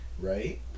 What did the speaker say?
right